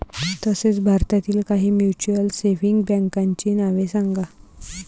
तसेच भारतातील काही म्युच्युअल सेव्हिंग बँकांची नावे सांगा